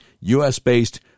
U.S.-based